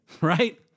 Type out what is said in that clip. Right